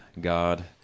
God